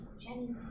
jenny's